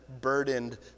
burdened